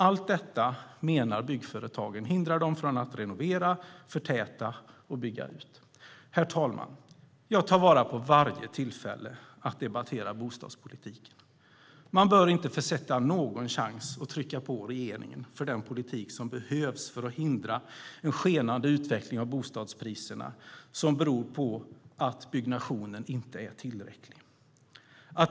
Allt detta menar byggföretagen hindrar dem från att renovera, förtäta och bygga ut. Herr talman! Jag tar vara på varje tillfälle att debattera bostadspolitiken. Man bör inte försitta någon chans att trycka på regeringen för den politik som behövs för att hindra en skenade utveckling av bostadspriserna som beror på att byggnationen inte är tillräcklig.